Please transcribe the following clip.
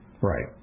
Right